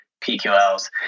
PQLs